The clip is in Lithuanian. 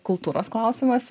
kultūros klausimas